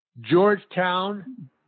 Georgetown